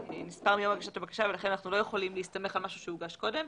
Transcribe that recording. נספר מיום הגשת הבקשה ולכן אנחנו לא יכולים להסתמך על משהו שהוגש קודם.